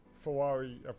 Ferrari